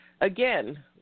again